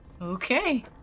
Okay